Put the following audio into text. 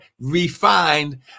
refined